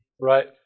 Right